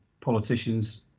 politicians